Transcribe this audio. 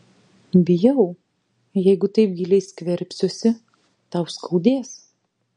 bijau jeigu taip giliai skverbsiuosi tau skaudės